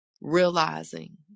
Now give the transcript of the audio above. realizing